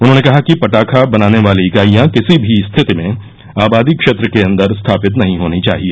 उन्होंने कहा कि पटाखा बनाने वाली इकाईयां किसी भी रिथति में आबादी क्षेत्र के अन्दर स्थापित नही होनी चाहिए